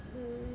hmm